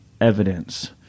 evidence